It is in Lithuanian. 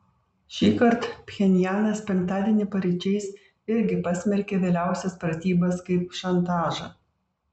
šįkart pchenjanas penktadienį paryčiais irgi pasmerkė vėliausias pratybas kaip šantažą